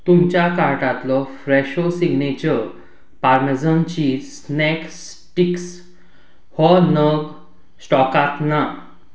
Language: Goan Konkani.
तुमच्या कार्टांतलो फ्रॅशो signature parmesan cheese snack sticks हो नग स्टॉकांत ना